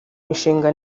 mishinga